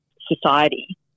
society